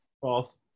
False